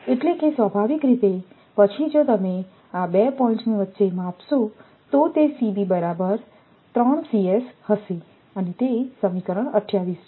તેથી સ્વાભાવિક રીતે પછી જો તમે આ 2 પોઇન્ટ્ની વચ્ચે માપશો તો તે બરાબર હશે તે સમીકરણ 28 છે